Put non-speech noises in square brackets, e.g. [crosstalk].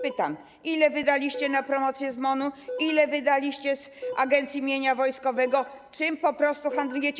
Pytam, [noise] ile wydaliście na promocję z MON-u, ile wydaliście z Agencji Mienia Wojskowego, czym po prostu handlujecie.